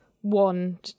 one